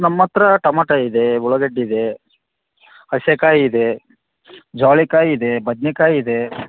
ನಮ್ಮ ಹತ್ರ ಟಮಟ ಇದೆ ಉಳ್ಳಾಗಡ್ಡಿ ಇದೆ ಹಶೆಕಾಯಿ ಇದೆ ಜಾವ್ಳಿಕಾಯಿ ಇದೆ ಬದ್ನೆಕಾಯಿ ಇದೆ